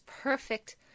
perfect